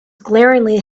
glaringly